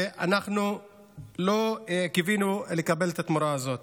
ואנחנו לא קיווינו לקבל את התמורה הזאת.